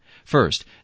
First